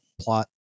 plot